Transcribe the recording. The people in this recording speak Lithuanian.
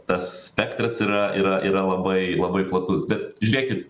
tas spektras yra yra yra labai labai platus bet žiūrėkit